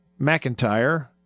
mcintyre